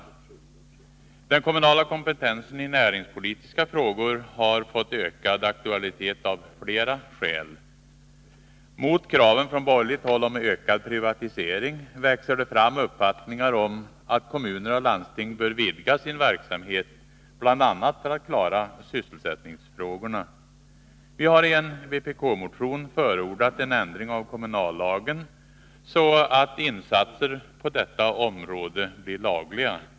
Den kommunala kompetensen i näringspolitiska frågor har fått ökad aktualitet av flera skäl. Mot kraven från borgerligt håll om ökad privatisering växer det fram uppfattningar om att kommuner och landsting bör vidga sin verksamhet, bl.a. för att klara sysselsättningsfrågorna. Vi har i en vpk-motion förordat en ändring av kommunallagen, så att insatser på detta område blir lagliga.